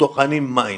טוחנים מים.